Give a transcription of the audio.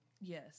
Yes